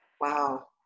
Wow